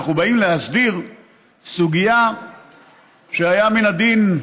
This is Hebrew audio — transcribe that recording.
אנחנו באים להסדיר סוגיה שהיה מן הדין,